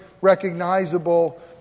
recognizable